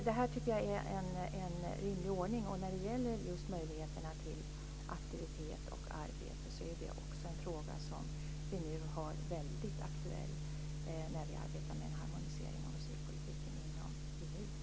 Det här tycker jag är en rimlig ordning. När det gäller möjligheter till aktivitet och arbete är det också en fråga som vi nu har väldigt aktuell när vi arbetar med en harmonisering av asylpolitiken inom EU.